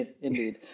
indeed